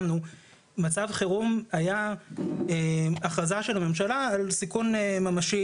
מצב חירום היה הכרזה של הממשלה על סיכון ממשי